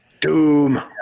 Doom